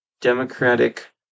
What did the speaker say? Democratic